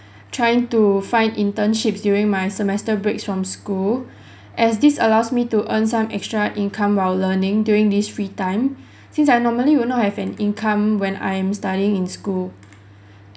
trying to find internships during my semester breaks from school as this allows me to earn some extra income while learning during this free time since I normally will not have an income when I'm studying in school